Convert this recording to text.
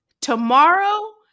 Tomorrow